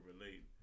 relate